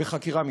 בחקירה משפטית,